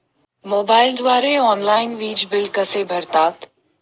मोबाईलद्वारे ऑनलाईन वीज बिल कसे भरतात?